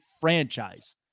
franchise